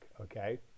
okay